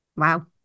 Wow